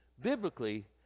Biblically